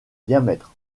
diamètre